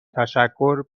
تشکر